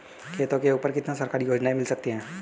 खेतों के ऊपर कितनी सरकारी योजनाएं मिल सकती हैं?